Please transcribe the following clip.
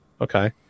Okay